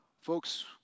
Folks